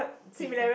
different